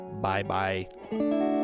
Bye-bye